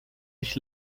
nicht